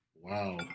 Wow